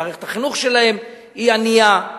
מערכת החינוך שלהן היא ענייה.